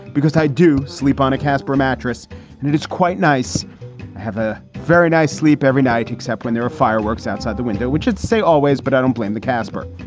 because i do sleep on a casper mattress and it is quite nice. i have a very nice sleep every night except when there are fireworks outside the window, which i'd say always, but i don't blame the casper.